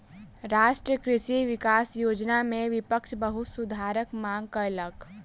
राष्ट्रीय कृषि विकास योजना में विपक्ष बहुत सुधारक मांग कयलक